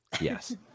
Yes